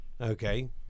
okay